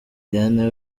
diane